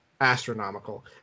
astronomical